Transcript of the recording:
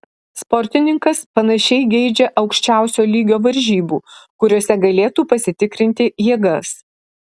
sportininkas panašiai geidžia aukščiausio lygio varžybų kuriose galėtų pasitikrinti jėgas